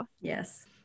Yes